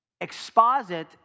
exposit